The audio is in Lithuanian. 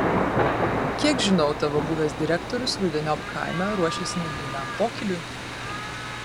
kiek žinau tavo buvęs direktorius rudeniop kaime ruošiasi nedideliam pokyliui